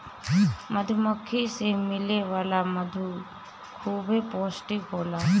मधुमक्खी से मिले वाला मधु खूबे पौष्टिक होला